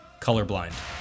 colorblind